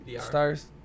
stars